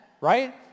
right